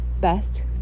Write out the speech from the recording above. Best